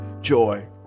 joy